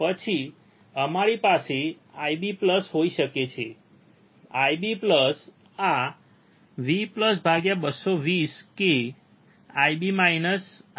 પછી અમારી પાસે IB હોઈ શકે છે IB આ V220 k IB IB સિવાય બીજું કંઈ નથી